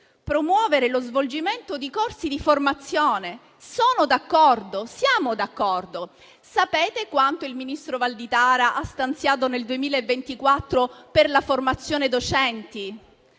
promuovere lo svolgimento di corsi di formazione. Sono d'accordo, siamo d'accordo. Sapete quanto il ministro Valditara ha stanziato nel 2024 per la formazione docenti?